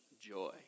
joy